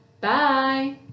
Bye